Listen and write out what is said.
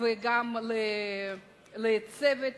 וגם לצוות